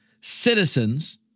citizens